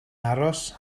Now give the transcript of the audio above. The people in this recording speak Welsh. aros